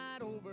over